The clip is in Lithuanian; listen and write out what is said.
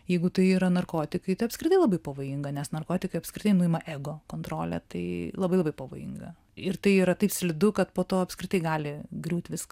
jeigu tai yra narkotikai tai apskritai labai pavojinga nes narkotikai apskritai nuima ego kontrolę tai labai labai pavojinga ir tai yra taip slidu kad po to apskritai gali griūt viskas